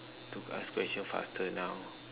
to ask question faster now